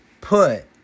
put